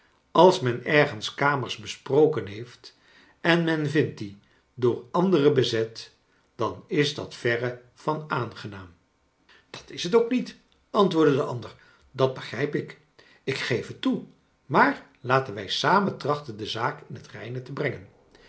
als men ergens kamers besproken heeft en men vindt die door anderen bezet dan is dat ver van aange naam j dat is t ook niet antwoordde ie ander dat begrijp ik ik geef het toe maar laten wij samen trachten de zaak in het reine te brengen